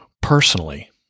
personally